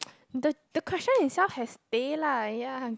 the the question itself has teh lah ya